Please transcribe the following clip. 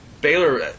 Baylor